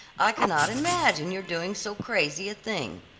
i cannot imagine your doing so crazy a thing.